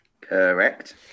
Correct